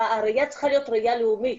הראייה צריכה להיות ראייה לאומית.